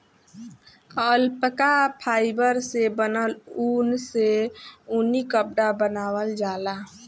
alpaca fibre से बनल ऊन से ऊनी कपड़ा बनावल जाला